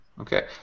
Okay